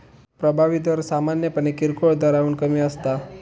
प्रभावी दर सामान्यपणे किरकोळ दराहून कमी असता